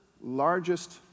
largest